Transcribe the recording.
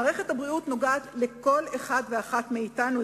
מערכת הבריאות נוגעת בכל אחד ואחת מאתנו,